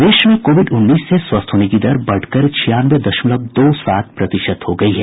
प्रदेश में कोविड उन्नीस से स्वस्थ होने की दर बढ़कर छियानवे दशमलव दो सात प्रतिशत हो गयी है